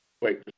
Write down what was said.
wait